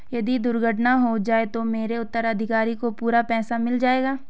यदि दुर्घटना हो जाये तो मेरे उत्तराधिकारी को पूरा पैसा मिल जाएगा?